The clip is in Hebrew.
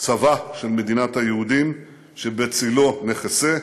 צבא של מדינת היהודים, שבצלו נחסה,